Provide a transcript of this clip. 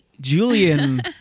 Julian